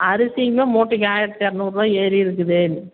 அரிசிங்க மூட்டைக்கு ஆயிரத்து இரநூறுவா ஏறி இருக்குது